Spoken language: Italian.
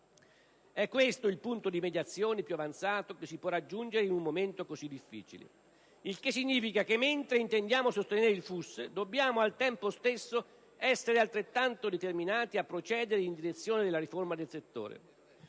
È questo il punto di mediazione più avanzato che si può raggiungere in un momento così difficile. Il che significa che, mentre intendiamo sostenere il FUS, dobbiamo, al tempo stesso, essere altrettanto determinati a procedere in direzione della riforma del settore.